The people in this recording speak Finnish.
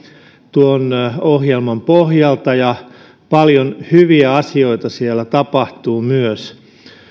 tuon ohjelman pohjalta ja myös paljon hyviä asioita siellä tapahtuu